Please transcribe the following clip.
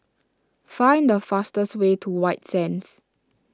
find the fastest way to White Sands